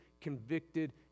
convicted